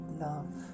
love